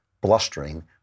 blustering